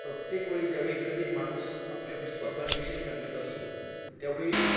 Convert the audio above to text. प्रत्येक वेळी ज्यावेळी एखादी माणूस आपल्या स्वतःविषयी सांगत असतो त्यावेळी